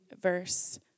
verse